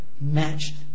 matched